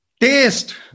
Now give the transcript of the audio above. Taste